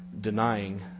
denying